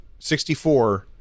64